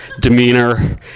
demeanor